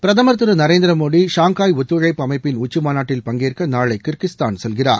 பிரதமர் திரு நரேந்திர மோடி ஷாங்காய் ஒத்துழைப்பு அமைப்பின் உச்சிமாநாட்டில் பங்கேற்க நாளை கிர்கிஸ்தான் செல்கிறார்